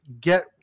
get